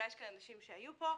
אולי יש כאן אנשים שהיו פה,